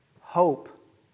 Hope